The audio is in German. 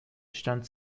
stand